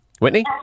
Whitney